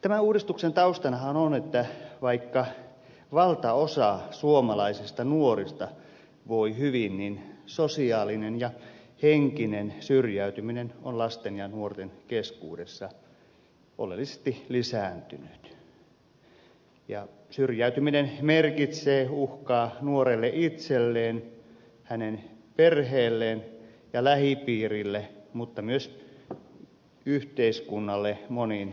tämän uudistuksen taustanahan on että vaikka valtaosa suomalaisista nuorista voi hyvin niin sosiaalinen ja henkinen syrjäytyminen on lasten ja nuorten keskuudessa oleellisesti lisääntynyt ja syrjäytyminen merkitsee uhkaa nuorelle itselleen hänen perheelleen ja lähipiirille mutta myös yhteiskunnalle monin eri tavoin